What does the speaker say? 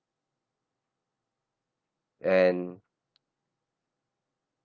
and